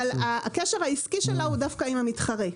אבל הקשר העסקי שלו הוא דווקא עם המתחרה,